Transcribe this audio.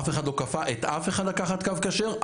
אף אחד לא כפה את אף אחד לקחת קו כשר,